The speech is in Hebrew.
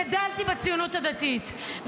אני גדלתי בציונות הדתית,